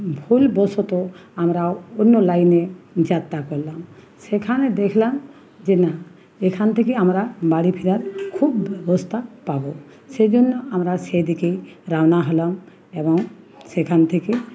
ভুলবশত আমরা অন্য লাইনে যাত্রা করলাম সেখানে দেখলাম যে না এখান থেকে আমরা বাড়ি ফিরার খুব ব্যবস্তা পাবো সেজন্য আমরা সেদিকেই রওনা হলাম এবং সেখান থেকে